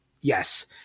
Yes